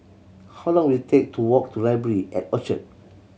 how long will it take to walk to Library at Orchard